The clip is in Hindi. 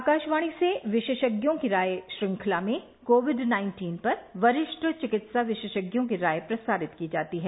आकाशवाणी से विशेषज्ञों की राय श्रृंखला में कोविड नाइन्टीन पर वरिष्ठ चिकित्सा विशेषज्ञों की राय प्रसारित की जाती है